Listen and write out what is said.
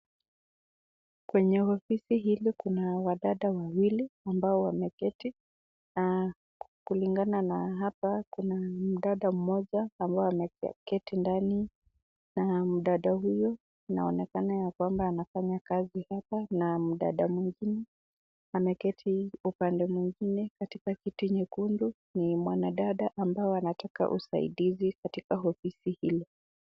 Kwenye ofisi hii kuna wanadada wawili ambao wameketi na kulingana na hapa kuna mdada mmoja ambaye ameketi ndani na mdada huyu anaonekana ya kwamba anafanya kazi hapa na mdada mwingine ameketi upande mwingine katika kiti nyekundu ni mwanadada ambaye anataka usaidizi katika ofisi hii.